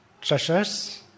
treasures